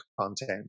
content